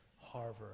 Harvard